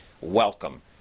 Welcome